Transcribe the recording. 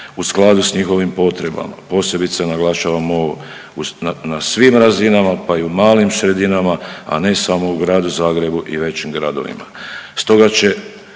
u skladu sa njihovim potrebama posebice naglašavamo na svim razinama, pa i u malim sredinama, a ne samo u gradu Zagrebu i većim gradovima.